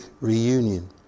reunion